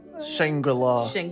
Shangri-la